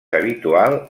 habitual